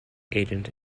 agent